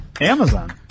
Amazon